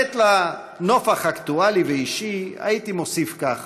ולתת לה נופך אקטואלי ואישי, הייתי מוסיף כך: